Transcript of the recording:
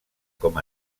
com